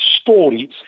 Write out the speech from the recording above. stories